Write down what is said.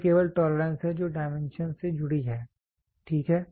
यह केवल टोलरेंस है जो डायमेंशन से जुड़ी है ठीक है